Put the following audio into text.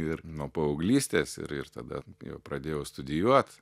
ir nuo paauglystės ir ir tada kai jau pradėjau studijuot